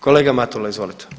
Kolega Matula, izvolite.